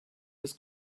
his